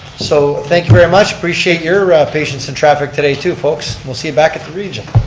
so thank you very much, appreciate your ah patience in traffic today too folks. we'll see you back at the region.